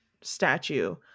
statue